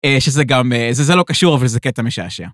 שזה גם, זה לא קשור, אבל זה קטע משעשע.